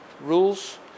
rules